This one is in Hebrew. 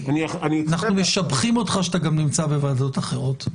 אנחנו משבחים אותך שאתה גם נמצא בוועדות אחרות.